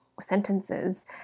sentences